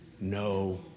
no